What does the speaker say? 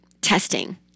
testing